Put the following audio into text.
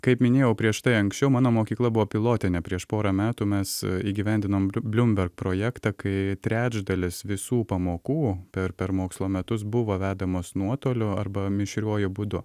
kaip minėjau prieš tai anksčiau mano mokykla buvo pilotinė prieš porą metų mes įgyvendinome ir bloomberg projektą kai trečdalis visų pamokų per per mokslo metus buvo vedamos nuotoliu arba mišriuoju būdu